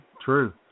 True